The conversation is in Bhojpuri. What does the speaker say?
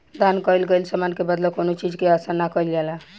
दान कईल गईल समान के बदला कौनो चीज के आसा ना कईल जाला